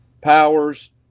powers